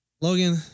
Logan